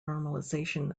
normalization